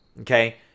Okay